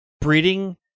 Breeding